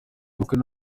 y’ubukwe